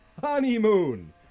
honeymoon